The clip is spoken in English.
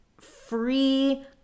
free